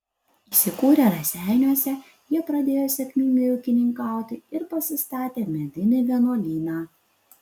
įsikūrę raseiniuose jie pradėjo sėkmingai ūkininkauti ir pasistatė medinį vienuolyną